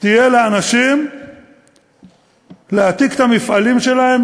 תהיה לאנשים להעתיק את המפעלים שלהם?